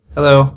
Hello